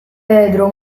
pedro